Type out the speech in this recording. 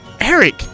Eric